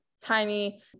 tiny